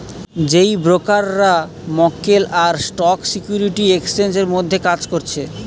যেই ব্রোকাররা মক্কেল আর স্টক সিকিউরিটি এক্সচেঞ্জের মধ্যে কাজ করছে